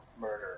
murder